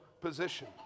position